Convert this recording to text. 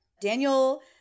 Daniel